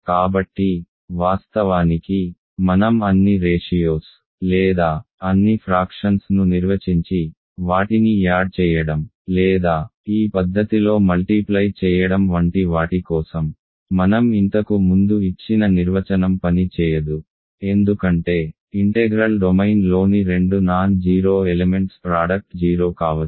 కాబట్టి వాస్తవానికి మనం అన్ని రేషియోస్ లేదా అన్ని ఫ్రాక్షన్స్ ను నిర్వచించి వాటిని యాడ్ చెయ్యడం లేదా ఈ పద్ధతిలో మల్టీప్లై చెయ్యడం వంటి వాటి కోసం మనం ఇంతకు ముందు ఇచ్చిన నిర్వచనం పని చేయదు ఎందుకంటే ఇంటెగ్రల్ డొమైన్లోని రెండు నాన్ జీరో ఎలెమెంట్స్ ప్రాడక్ట్ 0 కావచ్చు